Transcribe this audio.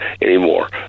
anymore